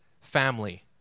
family